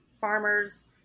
farmers